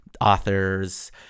authors